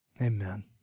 Amen